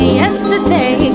yesterday